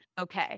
okay